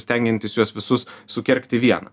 stengiantis juos visus sukergt į vieną